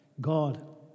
God